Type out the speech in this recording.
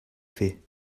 fer